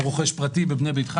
או רוכש פרטי בבנה ביתך,